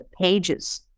pages